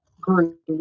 group